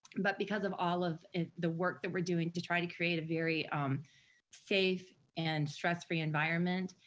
but because of all of the work that we're doing to try to create a very safe and stress free environment,